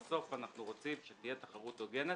בסוף אנחנו רוצים שתהיה תחרות הוגנת.